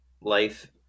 life